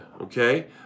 okay